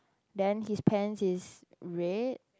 then his pants is red